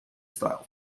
style